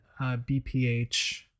BPH